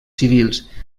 civils